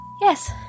Yes